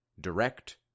Direct